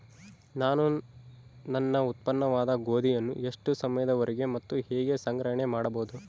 ನಾನು ನನ್ನ ಉತ್ಪನ್ನವಾದ ಗೋಧಿಯನ್ನು ಎಷ್ಟು ಸಮಯದವರೆಗೆ ಮತ್ತು ಹೇಗೆ ಸಂಗ್ರಹಣೆ ಮಾಡಬಹುದು?